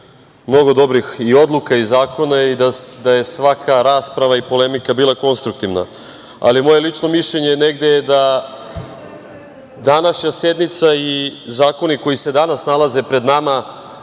mnogo dobrih i odluka i zakona i da je svaka rasprava i polemika bila konstruktivna, ali moje lično mišljenje negde je da današnja sednica i zakoni koji se danas nalaze pred nama